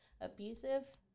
abusive